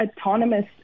autonomous